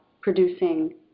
producing